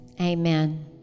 Amen